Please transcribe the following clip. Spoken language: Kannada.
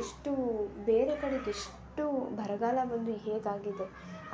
ಎಷ್ಟು ಬೇರೆ ಕಡೆಗೆ ಎಷ್ಟು ಬರಗಾಲ ಬಂದು ಹೇಗೆ ಆಗಿದೆ